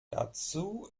dazu